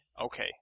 Okay